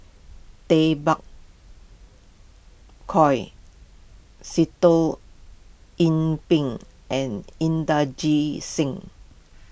Tay Bak Koi Sitoh Yih Pin and Inderjit Singh